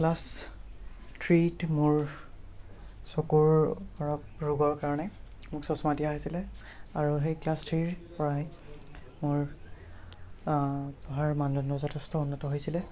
class থ্ৰীত মোৰ চকুৰ কৰক ৰোগৰ কাৰণে মোক চশমা দিয়া হৈছিলে আৰু সেই ক্লাছ থ্ৰীৰপৰাই মোৰ ঘৰৰ মানদণ্ড যথেষ্ট উন্নত হৈছিলে